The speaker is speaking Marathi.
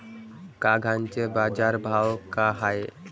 कांद्याचे बाजार भाव का हाये?